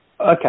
Okay